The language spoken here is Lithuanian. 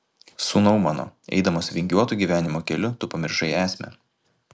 sūnau mano eidamas vingiuotu gyvenimo keliu tu pamiršai esmę